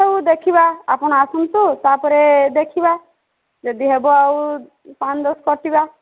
ହେଉ ଦେଖିବା ଆପଣ ଆସନ୍ତୁ ତାପରେ ଦେଖିବା ଯଦି ହେବ ଆଉ ପାଞ୍ଚ ଦଶ କଟିବା